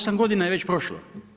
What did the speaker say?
8 godina je već prošlo.